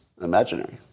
imaginary